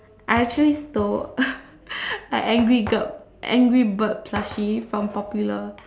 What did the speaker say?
I actually stole a angry angry bird plushie from popular